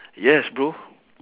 yes bro